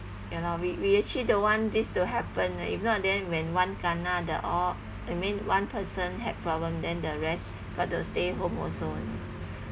ya lor we we actually don't want this to happen if not then when one kena the all I mean one person had problem then the rest got to stay home also